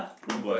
Kong-Guan